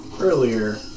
earlier